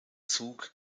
zug